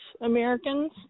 Americans